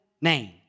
name